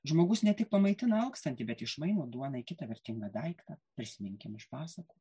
žmogus ne tik pamaitina alkstantį bet išmaino duoną į kitą vertingą daiktą prisiminkim iš pasakų